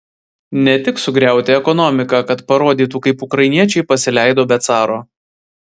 ne tik sugriauti ekonomiką kad parodytų kaip ukrainiečiai pasileido be caro